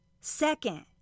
Second